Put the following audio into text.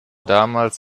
damals